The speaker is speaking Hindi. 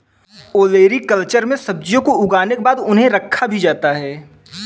ओलेरीकल्चर में सब्जियों को उगाने के बाद उन्हें रखा भी जाता है